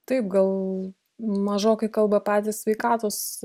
taip gal mažokai kalba patys sveikatos